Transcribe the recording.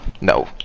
No